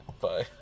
Bye